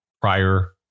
prior